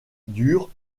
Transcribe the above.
dur